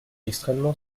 extrêmement